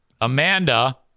Amanda